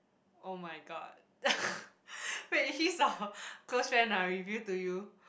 oh-my-god wait he's a close friend ah reveal to you